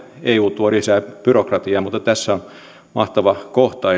eu tuo lisää byrokratiaa mutta tässä on mahtava kohta